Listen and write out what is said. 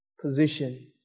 position